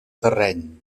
terreny